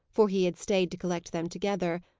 for he had stayed to collect them together,